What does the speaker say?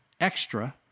extra